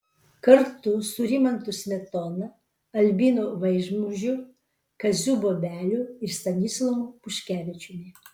kartu su rimantu smetona albinu vaižmužiu kaziu bobeliu ir stanislovu buškevičiumi